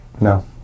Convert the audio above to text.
no